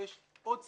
ויש עוד שריפה,